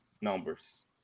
numbers